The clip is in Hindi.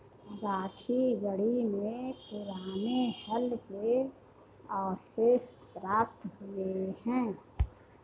राखीगढ़ी में पुराने हल के अवशेष प्राप्त हुए हैं